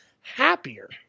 happier